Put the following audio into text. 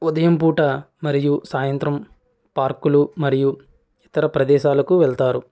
ఉదయం పూట మరియు సాయంత్రం పార్కులు మరియు ఇతర ప్రదేశాలకు వెళ్తారు